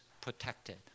protected